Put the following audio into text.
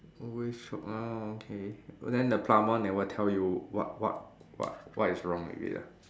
wish oh okay then the plumber never tell you what what what what is wrong with it ah